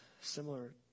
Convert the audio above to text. similar